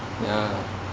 ya